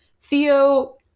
Theo